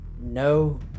no